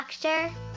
Doctor